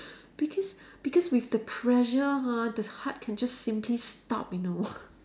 because because with the pressure ha the heart can just simply stop you know